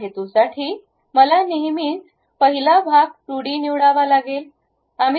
त्या हेतूसाठी मला नेहमीच पहिला भाग 2 डी निवडावा लागेल